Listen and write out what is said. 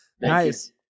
Nice